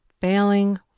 failing